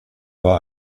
war